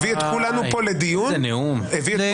הביא את כולנו פה לדיון בנושא,